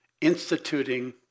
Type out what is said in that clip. instituting